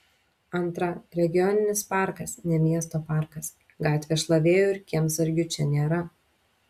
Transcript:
antra regioninis parkas ne miesto parkas gatvės šlavėjų ir kiemsargių čia nėra